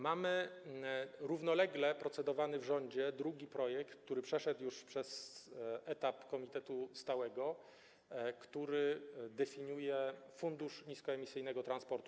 Mamy równolegle procedowany w rządzie drugi projekt, który przeszedł już etap komitetu stałego, który definiuje Fundusz Niskoemisyjnego Transportu.